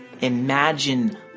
imagine